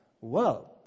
world